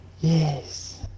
yes